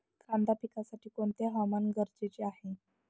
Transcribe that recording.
कांदा पिकासाठी कोणते हवामान गरजेचे आहे?